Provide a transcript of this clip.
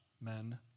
men